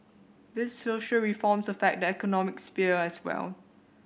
these social reforms affect the economic sphere as well